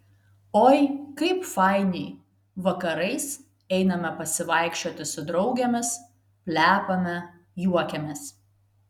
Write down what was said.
oi kaip fainiai vakarais einame pasivaikščioti su draugėmis plepame juokiamės